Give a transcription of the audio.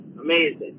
Amazing